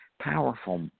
Powerful